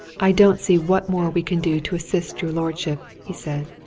i don't see what more we can do to assist your lordship, he said.